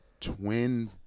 twin